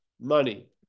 money